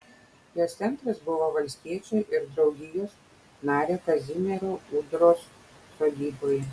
jos centras buvo valstiečio ir draugijos nario kazimiero ūdros sodyboje